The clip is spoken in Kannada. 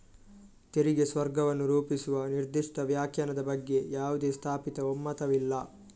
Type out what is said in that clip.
ತೆರಿಗೆ ಸ್ವರ್ಗವನ್ನು ರೂಪಿಸುವ ನಿರ್ದಿಷ್ಟ ವ್ಯಾಖ್ಯಾನದ ಬಗ್ಗೆ ಯಾವುದೇ ಸ್ಥಾಪಿತ ಒಮ್ಮತವಿಲ್ಲ